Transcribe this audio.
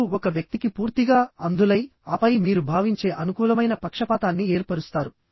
మీరు ఒక వ్యక్తికి పూర్తిగా అంధులై ఆపై మీరు భావించే అనుకూలమైన పక్షపాతాన్ని ఏర్పరుస్తారు